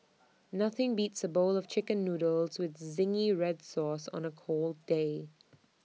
nothing beats A bowl of Chicken Noodles with Zingy Red Sauce on A cold day